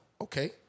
okay